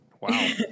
Wow